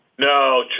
No